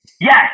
Yes